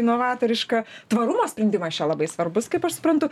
inovatoriška tvarumo sprendimas čia labai svarbus kaip aš suprantu